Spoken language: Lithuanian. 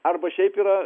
arba šiaip yra